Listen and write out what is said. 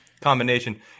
combination